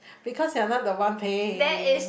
because you're not the one paying